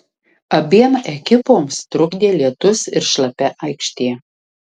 abiem ekipoms trukdė lietus ir šlapia aikštė